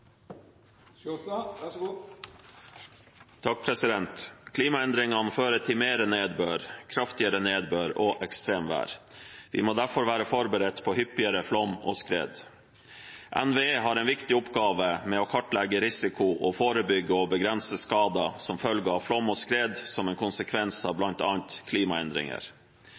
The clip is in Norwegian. ekstremvær. Vi må derfor være forberedt på hyppigere flom og skred. NVE har en viktig oppgave med å kartlegge risiko og forebygge og begrense skader som følge av flom og skred som en konsekvens av bl.a. klimaendringer.